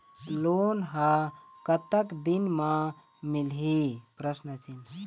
Loan ह कतक दिन मा मिलही?